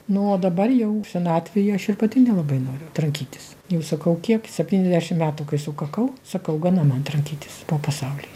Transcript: nu o dabar jau senatvėj aš ir pati nelabai noriu trankytis jau sakau kiek septyniasdešim metų kai sukakau sakau gana man trankytis po pasaulį